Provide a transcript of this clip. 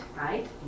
right